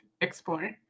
explore